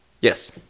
Yes